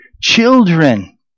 children